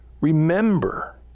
remember